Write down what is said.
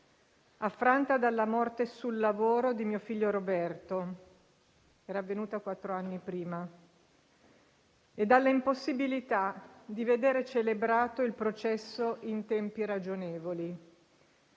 affranta dalla morte sul lavoro di mio figlio Roberto» (avvenuta quattro anni prima) «e dall'impossibilità di vedere celebrato il processo in tempi ragionevoli.